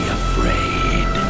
afraid